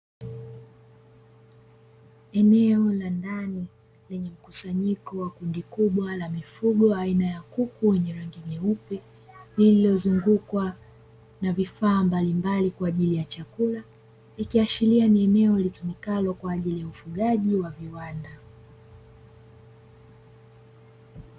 Eneo la ndani lenye mkusanyiko wa kundi kubwa la mifugo aina ya kuku wenye rangi nyeupe, liliozungukwa na vifaa mbalimbali kwa ajili ya chakula ikiashiria ni eneo litumikalo kwa ajili ya ufugaji wa viwanda.